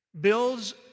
builds